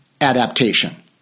adaptation